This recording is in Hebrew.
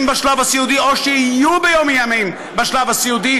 בשלב הסיעודי או שיהיו ביום מן הימים בשלב הסיעודי,